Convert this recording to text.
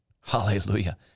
Hallelujah